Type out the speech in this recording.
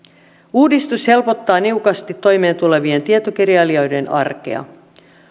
uudistus helpottaa niukasti toimeentulevien tietokirjailijoiden arkea